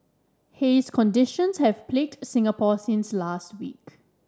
haze conditions have plagued Singapore since last week